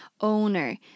Owner